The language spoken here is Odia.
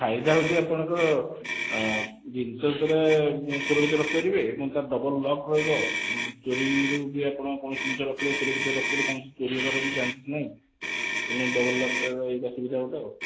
ଫାଇଦା ହେଉଛି ଆପଣଙ୍କର ଜିନିଷ ସୁରକ୍ଷିତ ରଖିପାରିବେ ଏବଂ ତାର ଡବଲ ଲକ୍ ରହିବ ଚୋରିରୁ ବି ଆପଣ କୌଣସି ଜିନିଷ ରଖିଲେ ସୁରକ୍ଷିତ ରଖିପାରିବେ କୌଣସି ଚୋରି ହେବାର ବି ଚାନ୍ସେସ୍ ନାହିଁ ତେଣୁ ଡବଲ ଲକର ଏଇଟା ସୁବିଧା ଗୋଟେ ଆଉ